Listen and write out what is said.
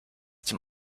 dem